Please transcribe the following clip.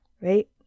right